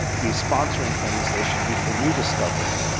be sponsoring things, they should be for new discovery.